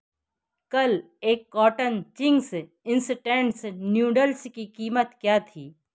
कल एक carton Ching's instant noodles की कीमत क्या थी